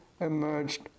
emerged